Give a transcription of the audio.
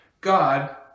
God